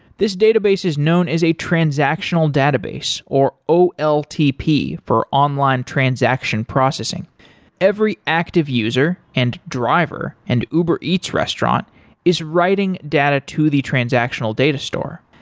this database is known as a transactional database, or oltp for online transaction processing every active user and driver and uber eats restaurant is writing data to the transactional data store.